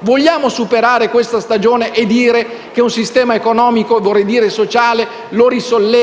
Vogliamo superare questa stagione e dire che un sistema economico - vorrei dire sociale - lo si risolleva